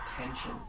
attention